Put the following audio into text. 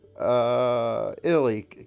Italy